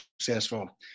successful